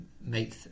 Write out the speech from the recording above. make